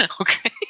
okay